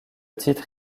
titre